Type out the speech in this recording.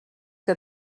que